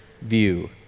view